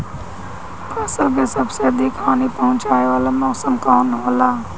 फसल के सबसे अधिक हानि पहुंचाने वाला मौसम कौन हो ला?